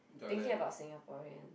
thinking about Singaporean